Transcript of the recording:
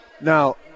Now